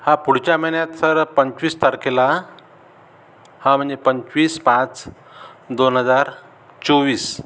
हा पुढच्या महिन्यात सर पंचवीस तारखेला हां म्हणजे पंचवीस पाच दोन हजार चोवीस